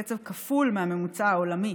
בקצב כפול מהממוצע העולמי.